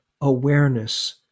awareness